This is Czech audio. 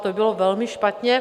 To by bylo velmi špatně.